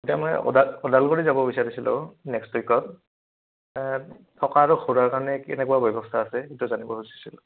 এতিয়া মই ওদালগুৰি যাব বিচাৰিছিলোঁ নেক্সট উইকত থকা আৰু ঘূৰাৰ কাৰণে কেনেকুৱা ব্যৱস্থা আছে সেইটো জানিব খুজিছিলোঁ